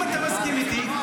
אם אתה מסכים איתי,